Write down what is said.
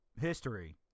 History